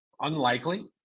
Unlikely